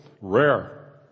rare